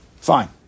Fine